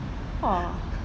apa lah